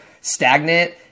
stagnant